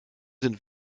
sind